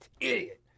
Idiot